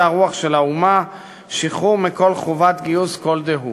הרוח של האומה שחרור מכל חובת גיוס כל דהוא,